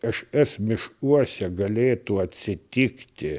aš es miškuose galėtų atsitikti